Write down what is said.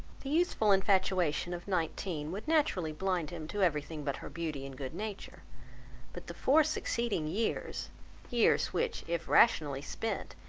the youthful infatuation of nineteen would naturally blind him to every thing but her beauty and good nature but the four succeeding years years, which if rationally spent,